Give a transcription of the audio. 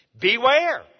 beware